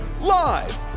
live